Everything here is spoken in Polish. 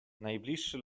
najbliższy